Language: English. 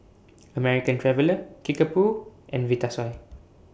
American Traveller Kickapoo and Vitasoy